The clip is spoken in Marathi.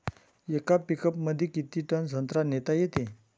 येका पिकअपमंदी किती टन संत्रा नेता येते?